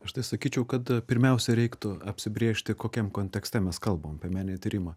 aš tai sakyčiau kad pirmiausia reiktų apsibrėžti kokiam kontekste mes kalbam apie meninį tyrimą